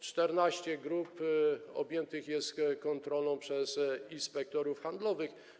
Czternaście grup objętych jest kontrolą przez inspektorów handlowych.